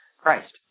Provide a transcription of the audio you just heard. Christ